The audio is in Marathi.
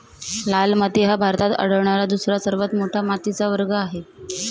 लाल माती हा भारतात आढळणारा दुसरा सर्वात मोठा मातीचा वर्ग आहे